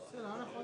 לסעיף 1 לא נתקבלה.